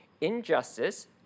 Injustice